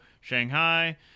Shanghai